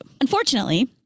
Unfortunately